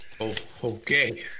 Okay